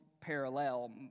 parallel